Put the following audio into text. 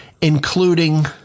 including